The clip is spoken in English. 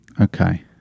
Okay